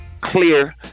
clear